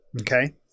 okay